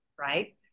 right